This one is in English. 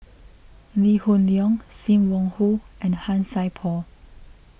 Lee Hoon Leong Sim Wong Hoo and Han Sai Por